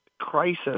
crisis